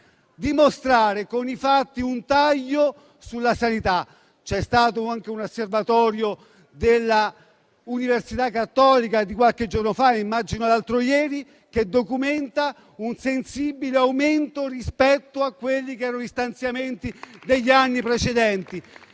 dimostrare con i fatti un taglio sulla sanità. C'è stato anche un osservatorio della università Cattolica di qualche giorno fa che documenta un sensibile aumento rispetto agli stanziamenti degli anni precedenti.